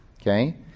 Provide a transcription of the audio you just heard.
Okay